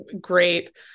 Great